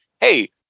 Hey